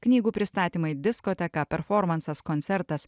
knygų pristatymai diskoteka performansas koncertas